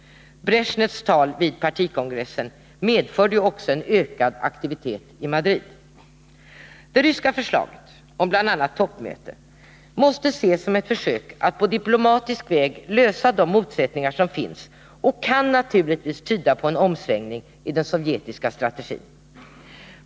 Bresjnevs tal vid partikongressen medförde också en ökad aktivitet i Madrid. Det ryska förslaget om bl.a. ett toppmöte måste ses som ett försök att på diplomatisk väg lösa de motsättningar som finns och kan naturligtvis tyda på en omsvängning i den sovjetiska strategin.